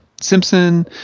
simpson